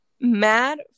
Mad